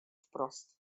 wprost